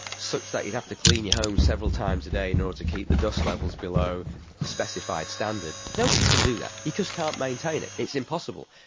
such that you'd have to clean your home several times a day in order to keep the dust levels below the specified standard, nobody can do that, you just can't maintain it, it's impossible.